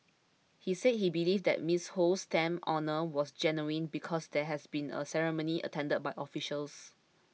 he said he believed that Miss Ho's stamp honour was genuine because there had been a ceremony attended by officials